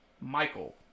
Michael